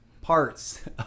parts